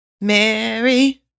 Mary